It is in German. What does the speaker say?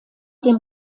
dem